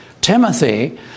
Timothy